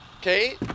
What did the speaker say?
Kate